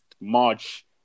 March